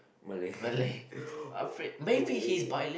Malay oh no